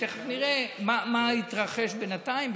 תכף נראה מה התרחש בינתיים,